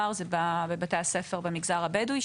בבתי הספר במגזר הבדואי,